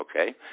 okay